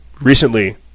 recently